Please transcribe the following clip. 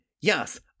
yes